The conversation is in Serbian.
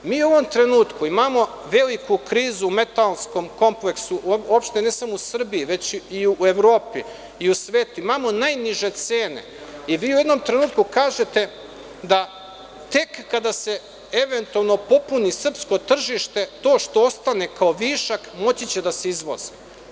Mi u ovom trenutku imamo veliku krizu u metalskom kompleksu, uopšte ne samo u Srbiji, već i u Evropi i u svetu, imamo najniže cene i vi u jednom trenutku kažete da tek kada se eventualno popuni srpsko tržište to što ostane kao višak moći će da se izvozi.